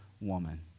woman